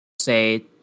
say